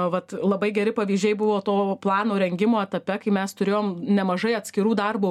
vat labai geri pavyzdžiai buvo to plano rengimo etape kai mes turėjom nemažai atskirų darbo